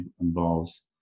involves